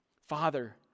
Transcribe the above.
Father